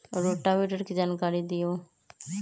Rotavator के जानकारी दिआउ?